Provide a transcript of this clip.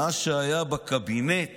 מה שהיה בקבינט